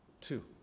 two